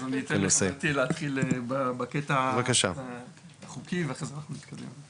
אז אני אתן לעדי להתחיל בקטע החוקי ואחרי זה אנחנו נתקדם.